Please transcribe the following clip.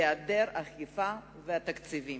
בהעדר אכיפה ותקציבים.